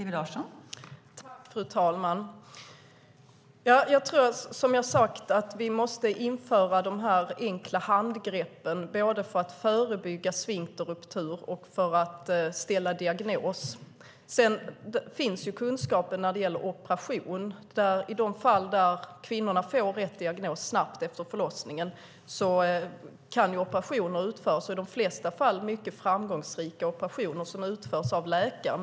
Fru talman! Jag tror, som jag sagt, att vi måste införa de här enkla handgreppen både för att förebygga sfinkterruptur och för att ställa diagnos. Kunskapen finns när det gäller operation. I de fall där kvinnorna får rätt diagnos snabbt efter förlossningen kan operationer utföras, i de flesta fall mycket framgångsrika operationer som utförs av läkare.